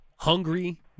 Hungry